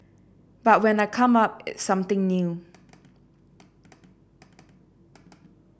but when I come up it's something new